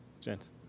gents